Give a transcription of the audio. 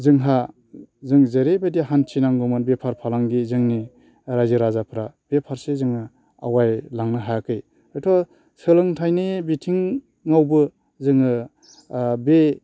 जोंहा जों जेरैबायदि हान्थि नांगौमोन बेफार फालांगि जोंनि रायजो राजाफ्रा बे फारसे जोङो आवगायलांनो हायाखै हयथ' सोलोंथायनि बिथिंआवबो जोङो बे